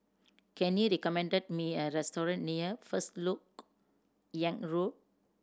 can you recommend me a restaurant near First Lok Yang Road